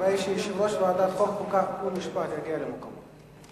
אחרי שיושב-ראש ועדת חוקה, חוק ומשפט יגיע למקומו.